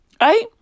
right